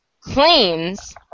Claims